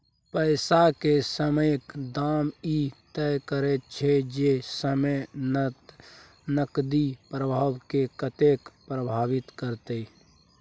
पैसा के समयक दाम ई तय करैत छै जे समय नकदी प्रवाह के कतेक प्रभावित करते